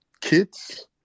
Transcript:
kids